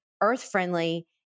earth-friendly